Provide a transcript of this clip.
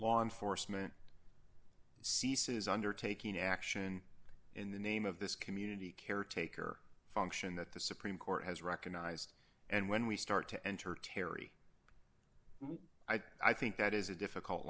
law enforcement ceases undertaking action in the name of this community caretaker function that the supreme court has recognized and when we start to enter terry i think that is a difficult